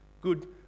good